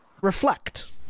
reflect